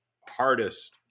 hardest